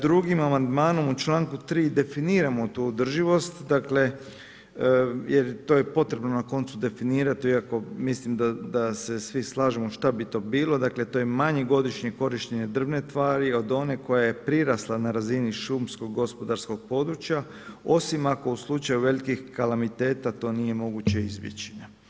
Drugim amandmanom u članku 3. definiramo tu održivost, dakle jer to je potrebno na koncu definirati iako mislim da se svi slažemo šta bi to bilo, dakle to je manje godišnje korištenje drvne tvari od one koja je prirasla na razini šumsko gospodarskog područja, osim ako u slučaju velikih kalamiteta to nije moguće izbjeći.